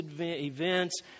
events